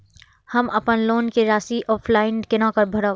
हम अपन लोन के राशि ऑफलाइन केना भरब?